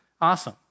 awesome